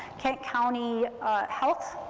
kent county health,